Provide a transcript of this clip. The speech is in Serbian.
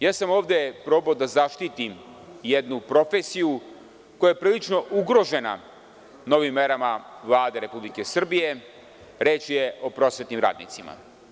Ja sam probao ovde da zaštitim jednu profesiju koja je ugrožena novim merama Vlade Republike Srbije, a reč je o prosvetnim radnicima.